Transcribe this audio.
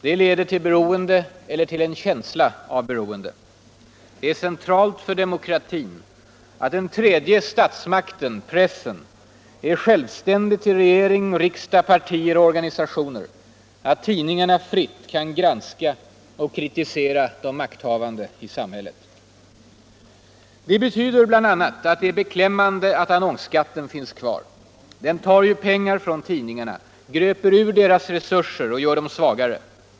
Det leder till beroende eller till en känsla av beroende. Det är centralt för demokratin att den tredje statsmakten — pressen — är självständig till regering, riksdag, partier och organisationer, att tidningarna fritt kan granska och kritisera de makthavande i samhället. Det betyder bl.a. att det är beklämmande att annonsskatten finns kvar. Den tar ju pengar från tidningarna, gröper ur deras resurser och gör dem svagare.